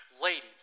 Ladies